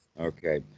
Okay